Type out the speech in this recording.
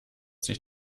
sich